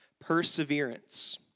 perseverance